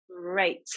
great